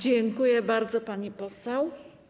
Dziękuję bardzo, pani poseł.